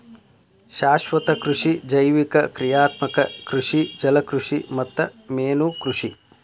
ಶಾಶ್ವತ ಕೃಷಿ ಜೈವಿಕ ಕ್ರಿಯಾತ್ಮಕ ಕೃಷಿ ಜಲಕೃಷಿ ಮತ್ತ ಮೇನುಕೃಷಿ